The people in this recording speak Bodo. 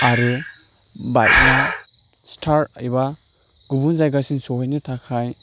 आरो बाइकआ स्टार्ट एबा गुबुन जायगासिम सहैनो थाखाय